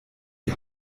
die